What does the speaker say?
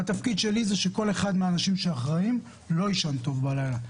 תפקידי הוא שכל אחד מהאנשים האחראים לא ישן טוב בלילה,